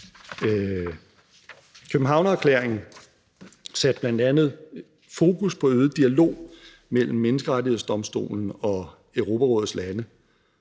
Københavnererklæringen satte bl.a. fokus på øget dialog mellem Menneskerettighedsdomstolen og Europarådets lande